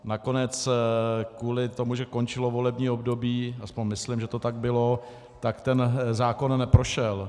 Nakonec kvůli tomu, že končilo volební období, aspoň myslím, že to tak bylo, tak ten zákon neprošel.